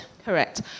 Correct